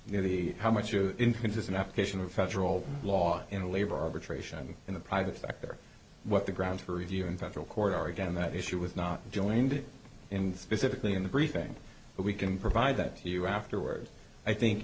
you know the how much you inconsistent application of federal law in a labor arbitration in the private sector what the grounds for review in federal court or again that issue with not joined in specifically in the briefing but we can provide that to you afterwards i think